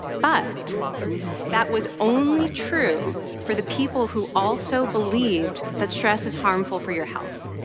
but that was only true for the people who also believed that stress is harmful for your health.